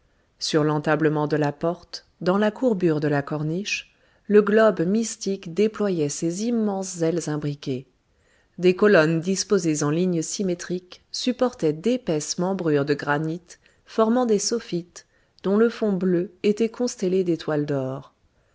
sur l'entablement de la porte dans la courbure de la corniche le globe mystique déployait ses immenses ailes imbriquées des colonnes disposées en lignes symétriques supportaient d'épaisses membrures de grès formant des soffites dont le fond bleu était constellé d'étoiles d'or